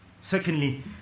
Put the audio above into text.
Secondly